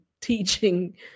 teaching